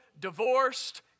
divorced